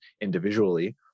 individually